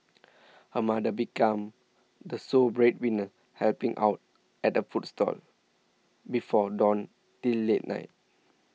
her mother become the sole breadwinner helping out at a food stall before dawn till late night